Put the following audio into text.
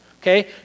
okay